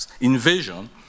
invasion